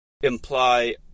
imply